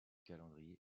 calendrier